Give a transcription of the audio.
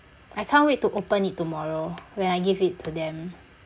I can't wait to open it tomorrow when I give it to them